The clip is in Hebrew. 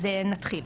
אז נתחיל,